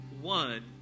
one